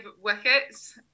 wickets